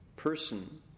Person